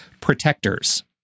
protectors